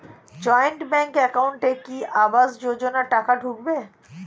Joint bank একাউন্টে কি আবাস যোজনা টাকা ঢুকবে?